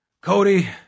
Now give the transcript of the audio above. Cody